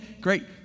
great